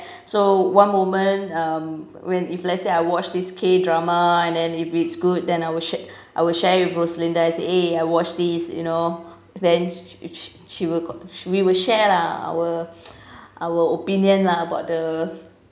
so one moment um when if let's say I watch this K drama and then if it's good then I will share I will share with roslinda as eh I watch these you know then each she will we will share lah our our opinion lah about the